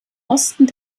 osten